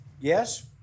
Yes